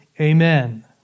Amen